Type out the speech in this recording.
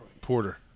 Porter